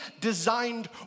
designed